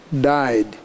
died